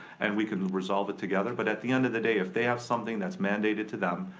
and we can resolve it together. but at the end of the day, if they have something that's mandated to them,